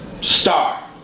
star